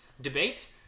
debate